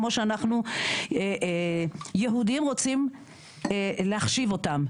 כמו שאנחנו יהודים רוצים להחשיב אותם.